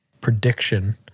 prediction